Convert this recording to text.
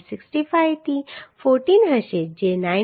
65 થી 14 હશે જે 9